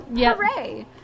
Hooray